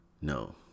No